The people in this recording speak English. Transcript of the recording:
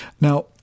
Now